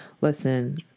listen